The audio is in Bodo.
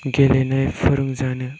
गेलेनाय फोरोंजानो